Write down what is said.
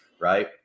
right